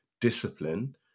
discipline